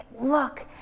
look